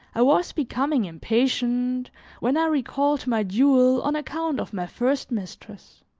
i was becoming impatient when i recalled my duel on account of my first mistress.